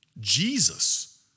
Jesus